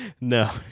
No